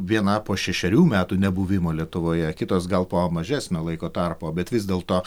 viena po šešerių metų nebuvimo lietuvoje kitos gal po mažesnio laiko tarpo bet vis dėlto